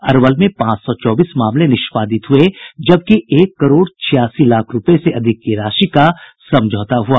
अरवल में पांच सौ चौबीस मामले निष्पादित हुये जबकि एक करोड़ छियासी लाख रूपये से अधिक की राशि का समझौता हुआ